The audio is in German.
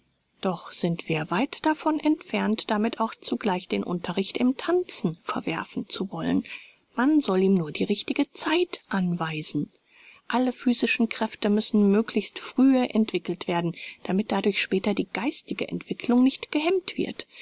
doch sind wir weit davon entfernt damit auch zugleich den unterricht im tanzen verwerfen zu wollen man soll ihm nur die richtige zeit anweisen alle physischen kräfte müssen möglichst frühe entwickelt werden damit dadurch später die geistige entwickelung nicht gehemmt wird